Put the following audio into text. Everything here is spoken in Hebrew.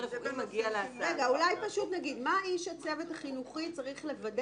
בתקנה 7 היה עוד תיקון שאיש הצוות יוודא